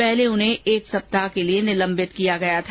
पहले उन्हें एक सप्ताह के लिए निलंबित किया गया था